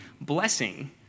blessing